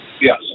Yes